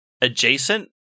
adjacent